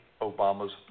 Obama's